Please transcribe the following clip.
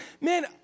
man